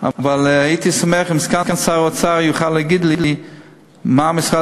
אבל אשמח אם סגן שר האוצר יוכל להגיד לי מה משרד